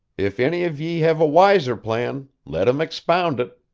if any of ye have a wiser plan, let him expound it